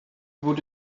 would